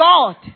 God